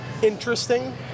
interesting